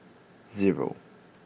zero